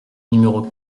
numéro